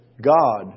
God